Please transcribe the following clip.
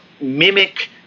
mimic